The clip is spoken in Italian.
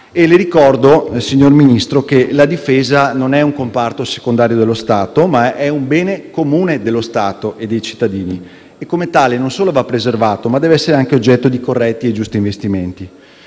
Le ricordo, signor Ministro, che la Difesa non è un comparto secondario dello Stato, ma un bene comune dello Stato e dei cittadini e, come tale, non solo va preservato, ma deve essere anche oggetto di corretti e giusti investimenti.